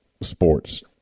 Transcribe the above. sports